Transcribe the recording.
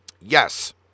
yes